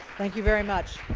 thank you very much.